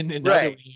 Right